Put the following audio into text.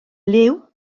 liw